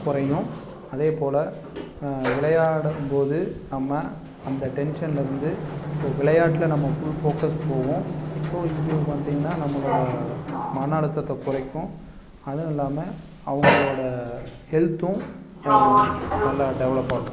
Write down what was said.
குறையும் அதேப்போல விளையாடும்போது நம்ம அந்த டென்ஷன்லிருந்து ஸோ விளையாட்டில் நம்ம ஃபுல் ஃபோக்கஸ் போவோம் ஸோ இது பார்த்திங்கன்னா நம்மளோடய மன அழுத்தத்த குறைக்கும் அதுவும் இல்லாமல் அவங்களோட ஹெல்த்தும் நல்லா டெவலப் ஆகும்